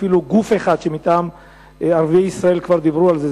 אפילו גוף אחד מטעם ערביי ישראל כבר דיבר על זה.